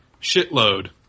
shitload